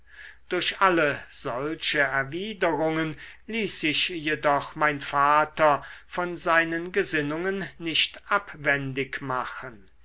durch alle solche erwiderungen ließ sich jedoch mein vater von seinen gesinnungen nicht abwendig machen